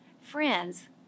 friends